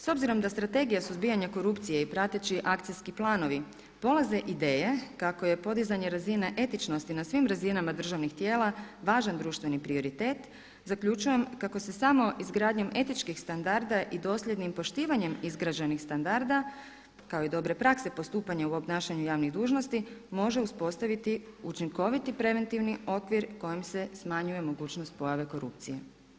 S obzirom da Strategija suzbijanja korupcije i prateći akcijski planovi polaze ideje kako je podizanje razine etičnosti na svim razinama državnih tijela važan društveni prioritet, zaključujem kako se samo izgradnjom etičkih standarda i dosljednim poštivanjem izgrađenih standarda kao i dobre prakse postupanja u obnašanju javnih dužnosti može uspostaviti učinkoviti preventivni okvir kojim se smanjuje mogućnost pojave korupcije.